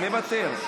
מוותר,